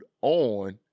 on